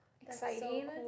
Exciting